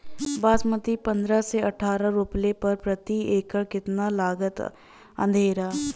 बासमती सत्रह से अठारह रोपले पर प्रति एकड़ कितना लागत अंधेरा?